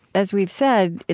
as we've said,